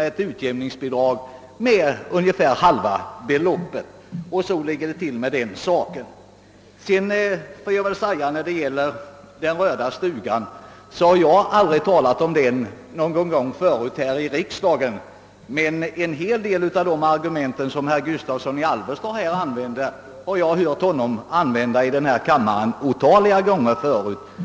måste utjämningsbidrag med ungefär halva beloppet sättas in. Så ligger det till med den saken. Om den röda stugan har jag aldrig sagt någonting tidigare i riksdagen. En hel del av herr Gustavssons argument har jag däremot hört honom använda i denna kammare otaliga gånger förut.